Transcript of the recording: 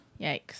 Yikes